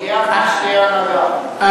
הכנסת, אפילו עודד בן-עמי שאל בשידור, לזכותו,